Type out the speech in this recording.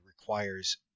requires